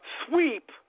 sweep –